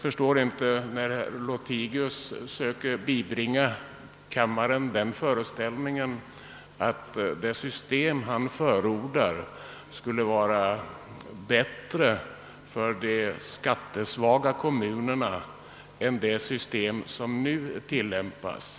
Herr Lothigius försökte bibringa kammarens ledamöter föreställningen att det system han förordar skulle vara bättre för de skattesvaga kommunerna än det system som nu tillämpas.